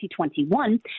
2021